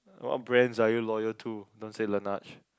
what brands are you loyal to don't say laneige